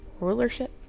Rulership